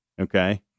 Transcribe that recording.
okay